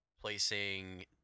placing